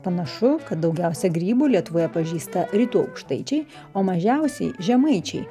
panašu kad daugiausia grybų lietuvoje pažįsta rytų aukštaičiai o mažiausiai žemaičiai